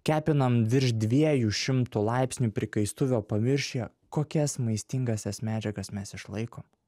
kepinam virš dviejų šimtų laipsnių prikaistuvio paviršiuje kokias maistingąsias medžiagas mes išlaikom